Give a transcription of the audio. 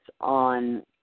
on